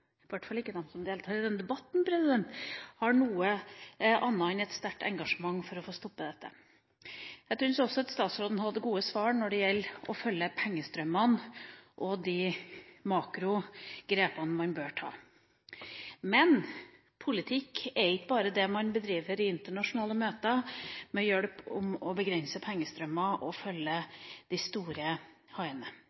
hvert fall ikke de som deltar i denne debatten, har noe annet enn et sterkt engasjement for å få stoppet dette. Jeg syns også at statsråden hadde gode svar når det gjelder å følge pengestrømmene og de makrogrepene man bør ta. Men politikk er ikke bare det man bedriver i internasjonale møter, man må begrense pengestrømmer og følge de store haiene. Det handler også om å hjelpe de enkelte kvinnene og